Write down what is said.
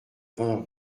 vingts